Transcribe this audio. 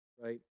right